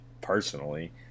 Personally